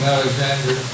Alexander